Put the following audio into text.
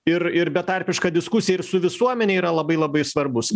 ir ir betarpišką diskusiją ir su visuomene yra labai labai svarbus